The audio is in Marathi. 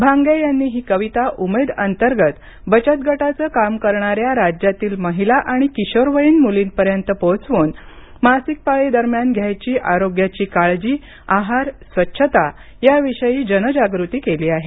भांगे यांनी ही कविता उमेद अंतर्गत बचत गटाचं काम करणाऱ्या राज्यातील महिला आणि किशोरवयीन मुलींपर्यंत पोहोचवून मासिक पाळी दरम्यान घ्यावयाची आरोग्याची काळजीआहार स्वच्छता याविषयी जनजाग़ती केली आहे